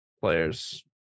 players